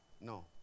No